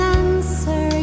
answer